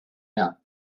out